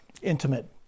Intimate